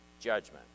judgment